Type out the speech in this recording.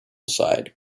side